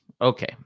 Okay